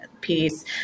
piece